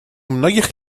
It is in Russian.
многих